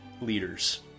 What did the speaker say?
leaders